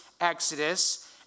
Exodus